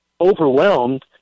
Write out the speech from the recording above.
overwhelmed